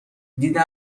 دیدم